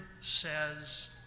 says